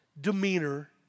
demeanor